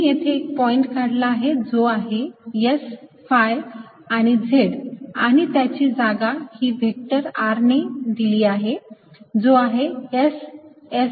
मी येथे एक पॉईंट काढला आहे जो आहे S phi आणि Z आणि त्याची जागा ही व्हेक्टर r ने दिली आहे जो आहे S S अधिक Z Z